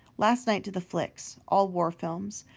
last night to the flicks. all war films.